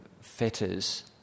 fetters